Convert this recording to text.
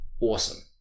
awesome